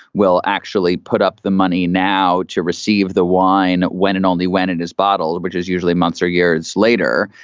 will actually put up the money now to receive the wine. when and only when it is bottle, which is usually months or years later.